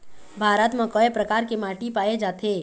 भारत म कय प्रकार के माटी पाए जाथे?